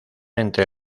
entre